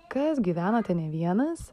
kas gyvenate ne vienas